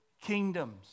kingdoms